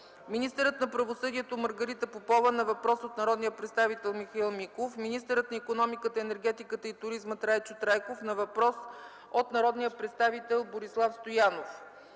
министърът на правосъдието Маргарита Попова на въпрос от народния представител Михаил Миков; - министърът на икономиката, енергетиката и туризма Трайчо Трайков на въпрос от народния представител Борислав Стоянов;